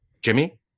Jimmy